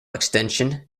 extension